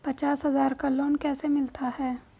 पचास हज़ार का लोन कैसे मिलता है?